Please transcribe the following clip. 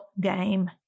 Game